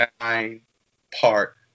nine-part